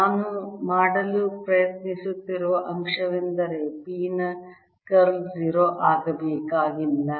ನಾನು ಮಾಡಲು ಪ್ರಯತ್ನಿಸುತ್ತಿರುವ ಅಂಶವೆಂದರೆ P ನ ಕರ್ಲ್ 0 ಆಗಿರಬೇಕಾಗಿಲ್ಲ